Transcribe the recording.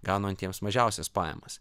gaunantiems mažiausias pajamas